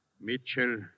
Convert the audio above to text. Mitchell